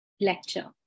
lecture